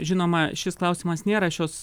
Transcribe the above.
žinoma šis klausimas nėra šios